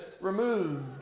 removed